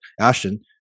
Ashton